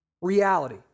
reality